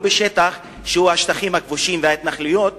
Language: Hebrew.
בשטח שהוא השטחים הכבושים וההתנחלויות,